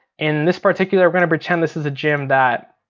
and this particular we're gonna pretend this is a gym that